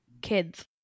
kids